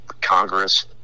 Congress